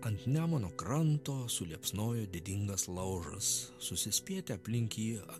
ant nemuno kranto suliepsnojo didingas laužas susispietę aplink jį